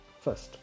first